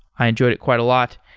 i enjoyed it quite a lot.